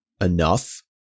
enough